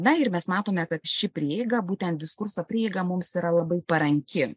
na ir mes matome kad ši prieiga būtent diskurso prieiga mums yra labai paranki